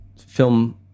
film